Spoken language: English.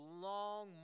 long